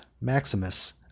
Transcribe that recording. Maximus